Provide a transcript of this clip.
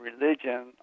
religion